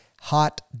hot